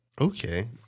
Okay